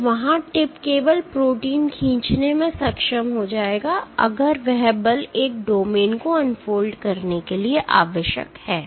तो वहाँ टिप केवल प्रोटीन खींचने में सक्षम हो जाएगा अगर वह बल एक डोमेन को अनफोल्ड करने के लिए आवश्यक है